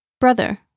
Brother